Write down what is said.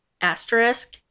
asterisk